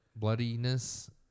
bloodiness